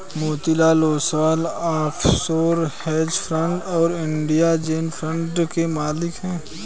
Motilal Oswal offshore hedge fund और India gen fund के मालिक हैं